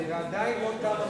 ועדיין לא תמה המלאכה.